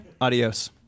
Adios